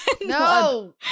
No